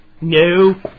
no